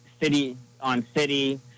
city-on-city